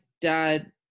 dad